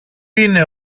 είναι